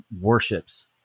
worships